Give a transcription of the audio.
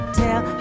tell